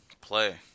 Play